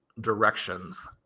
directions